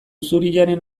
zuriaren